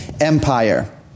empire